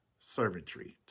servantry